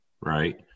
right